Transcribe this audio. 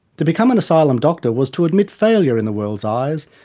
to become an asylum doctor was to admit failure in the world's eyes.